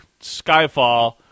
Skyfall